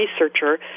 researcher